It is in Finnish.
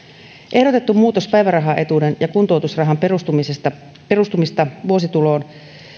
ehdotettu muutos päivärahaetuuden ja kuntoutusrahan perustumisesta perustumisesta vuosituloon